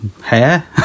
Hair